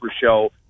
show